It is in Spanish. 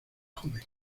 joven